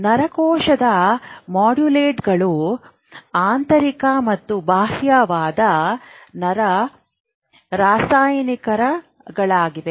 ನರಕೋಶದ ಮಾಡ್ಯುಲೇಟರ್ಗಳು ಆಂತರಿಕ ಮತ್ತು ಬಾಹ್ಯವಾದ ನರ ರಾಸಾಯನಿಕಗಳಾಗಿವೆ